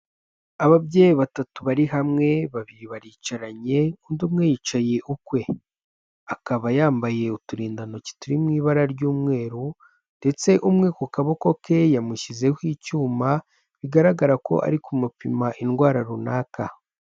Ababyeyi batatu bari hamwe, babiri baricaranye, undi umwe yicaye ukwe, akaba yambaye uturindantoki turi mu ibara ry'umweru ndetse umwe ku kaboko ke yamushyizeho icyuma bigaragara ko ari kumupima indwara runaka.